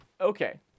Okay